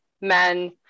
men